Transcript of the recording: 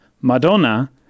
Madonna